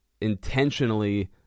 intentionally